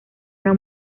una